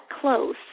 close